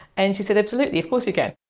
and she said, absolutely, of course you can.